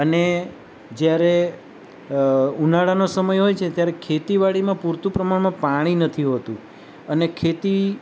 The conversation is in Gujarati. અને જ્યારે ઉનાળાનો સમય હોય છે ત્યારે ખેતીવાડીમાં પૂરતું પ્રમાણમાં પાણી નથી હોતું અને ખેતી